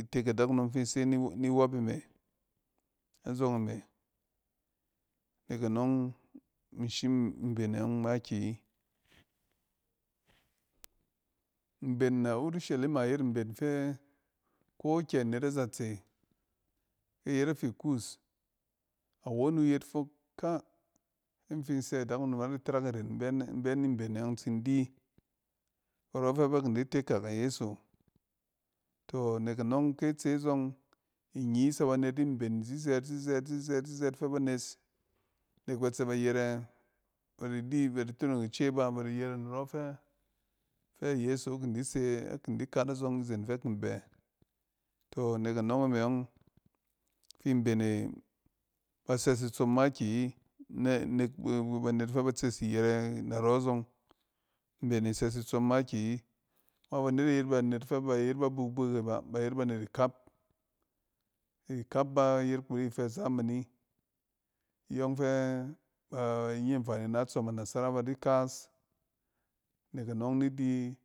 itek adakunom fi ise niwɔpe me azɔng e me. Nek anɔng mi shim mbenene yɔng makiyi. Mben a urshalima yet mbents ko kyɛ anet azatse kɛ ayet a fi koos, awon wu yet, ka, kin fin sɛ adakunom na di tarak iren inbene-in bɛ ni mbene ɔng in tsin di karɔ fɛ ba kin di tekak a yeso. tɔ nek anɔng ki itse zɔng. inyiis na ba net ni mben zizɛɛt, zizɛɛt, zizɛɛt, zizɛɛt fɛ ba nes nek bat se ba yɛrɛ baridi, bari tonong ice ba, badi yɛrɛ narɔ fɛ a yeso kin di se, a kin di kat azɔng izen fɛ akin bɛ. Tɔ nek anɔnge me ɔng fi mben e ba sɛs itsɔm makiyi ne- nek banet fɛ batses iyɛrɛ-narɔ azɔng. Mbene sɛs itsɔm makiyi babane e yet banet fɛ ba yet ba bukbuk ba. Ba yet banet ikap. Ikapba yet kuri fɛ zamani iyɔng fɛ ban ye anfani na tsɔm a nasara ba di kas-nek anɔng ni di.